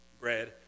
bread